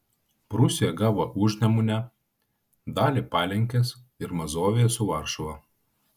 prūsija gavo užnemunę dalį palenkės ir mazoviją su varšuva